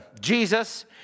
Jesus